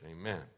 Amen